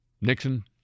Nixon